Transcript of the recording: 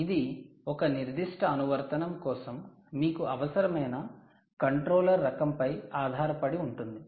ఇది ఒక నిర్దిష్ట అనువర్తనం కోసం మీకు అవసరమైన కంట్రోలర్ రకంపై ఆధారపడి ఉంటుంది